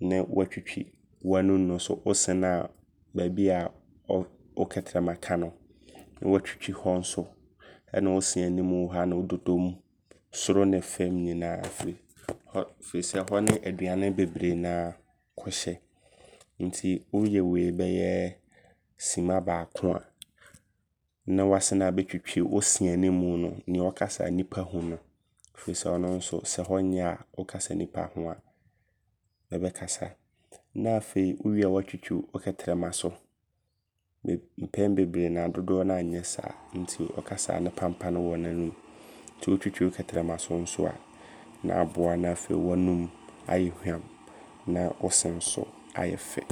ne watwitwi wanum no so wo se naa baabia wo wokɛtrɛma ka no. Watwitwi hɔ nso ɛne wo se animu ha ne wo dodom soro ne fam nyinaa. Fi firi sɛ hɔ ne aduane bebree naa kɔhyɛ. Enti woyɛ wei bɛyɛɛ simma baako a na wasane abɛtwitwi wo se animu no neɛ wokasa a nipa hu no. Firi ɔno nso sɛ hɔ nyɛ a wokasa nipa ho a bɛ bɛkasa. Na afei wo wie a watwitwi wo kɛtrɛma so. Mpɛn bebree naa dodoɔ naa nyɛ saa nti wokasa a ɔkasa a ne panpane wɔ n'anum. Nti wotwitwi wo kɛtrɛma so nso a na aboa na afei w'anum ayɛ hwam. Na wo se nso ayɛ fɛ.